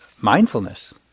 mindfulness